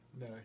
No